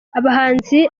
abahanzi